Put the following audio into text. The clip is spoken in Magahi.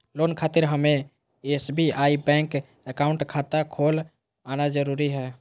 लोन खातिर हमें एसबीआई बैंक अकाउंट खाता खोल आना जरूरी है?